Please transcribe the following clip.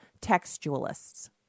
textualists